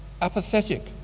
apathetic